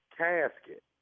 casket